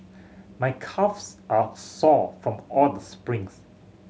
my calves are sore from all the sprints